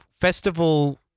festival